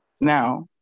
Now